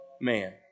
man